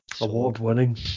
award-winning